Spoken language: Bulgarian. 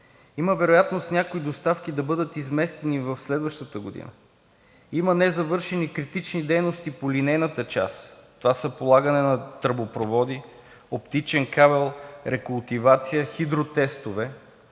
Има вероятност някои доставки да бъдат изместени в следващата година. Има незавършени критични дейности по линейната част. Това са: полагане на тръбопроводи, оптичен кабел, рекултивация, хидротестове,